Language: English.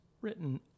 written